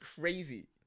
crazy